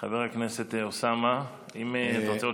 חבר הכנסת אוסאמה, אם אתה רוצה,